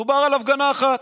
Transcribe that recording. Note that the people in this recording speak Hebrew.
דובר על הפגנה אחת.